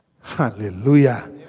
Hallelujah